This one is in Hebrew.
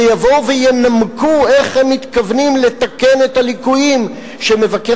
ויבואו וינמקו איך הם מתכוונים לתקן את הליקויים שמבקר